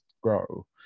grow